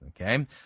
Okay